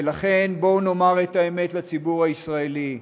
ולכן בואו נאמר את האמת לציבור הישראלי: